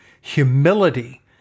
humility